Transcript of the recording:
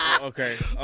Okay